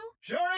Sure